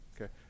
Okay